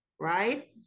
Right